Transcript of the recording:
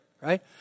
right